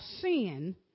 sin